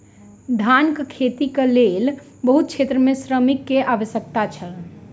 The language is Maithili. धानक खेतीक लेल बहुत क्षेत्र में श्रमिक के आवश्यकता छल